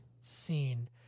scene